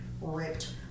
ripped